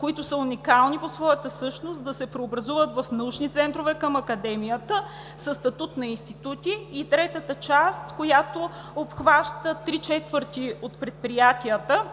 които са уникални по своята същност, да се преобразуват в научни центрове към Академията със статут на институти. Третата част, която обхваща три четвърти от предприятията,